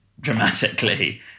dramatically